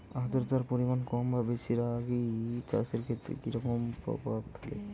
আদ্রতার পরিমাণ কম বা বেশি রাগী চাষের ক্ষেত্রে কি রকম প্রভাব ফেলে?